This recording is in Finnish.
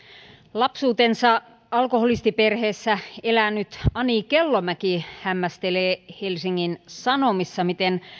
lapsuutensa alkoholistiperheessä elänyt ani kellomäki hämmästelee helsingin sanomissa miten